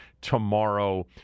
tomorrow